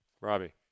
Robbie